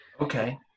Okay